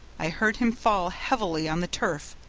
i heard him fall heavily on the turf,